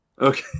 Okay